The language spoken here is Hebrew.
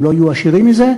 הם לא יהיו עשירים מזה,